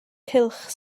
cylch